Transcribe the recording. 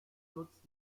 nutzt